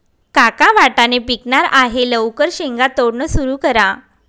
काका वाटाणे पिकणार आहे लवकर शेंगा तोडणं सुरू करा